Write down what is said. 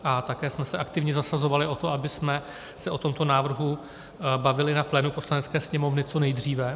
A také jsme se aktivně zasazovali o to, abychom se o tomto návrhu bavili na plénu Poslanecké sněmovny co nejdříve.